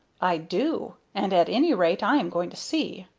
i do, and at any rate i am going to see.